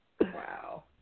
Wow